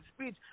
speech